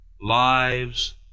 Lives